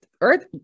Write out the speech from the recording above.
earth